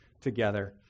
together